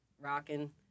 Rocking